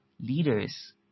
leaders